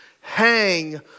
hang